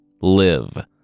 live